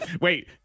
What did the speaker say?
Wait